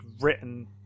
written